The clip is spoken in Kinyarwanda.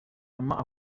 mama